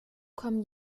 kommen